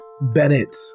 Bennett